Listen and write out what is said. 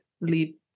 lead